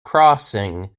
crossing